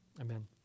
Amen